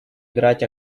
играть